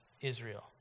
Israel